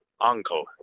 uncle